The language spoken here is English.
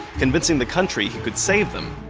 convincing the country he could save them.